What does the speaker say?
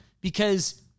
because-